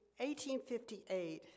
1858